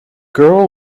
girl